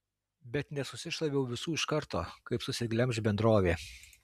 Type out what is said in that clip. bet nesusišlaviau visų iš karto kaip susiglemš bendrovė